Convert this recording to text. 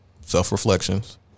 self-reflections